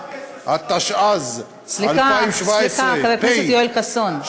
התשע"ז 2017,